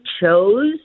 chose